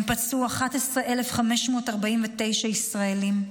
הם פצעו 11,549 ישראלים,